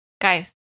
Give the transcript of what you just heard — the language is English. Guys